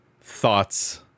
thoughts